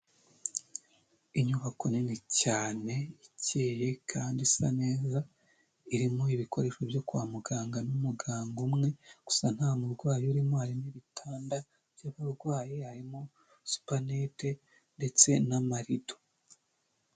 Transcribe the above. Inyubako nini cyane ikeye kandi isa neza, irimo ibikoresho byo kwa muganga n'umuganga umwe gusa, ntamurwayi urimo, harimo ibitanda by'abarwayi, harimo supanete ndetse n'amarido.